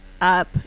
up